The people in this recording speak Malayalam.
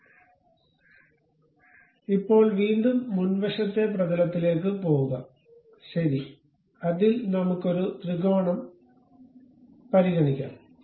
അതിനാൽ ഇപ്പോൾ വീണ്ടും മുൻവശത്തെ പ്രതലത്തിലേക്ക്പോകുക ശരി അതിൽ നമുക്ക് ഒരു ത്രികോണം പരിഗണിക്കാം